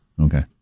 Okay